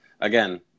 again